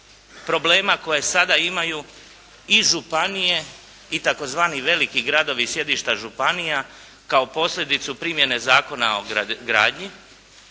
problema koje sada imaju i županije i tzv. veliki gradovi sjedišta županija kao posljedicu primjene Zakona o gradnji.